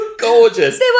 gorgeous